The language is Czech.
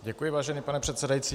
Děkuji, vážený pane předsedající.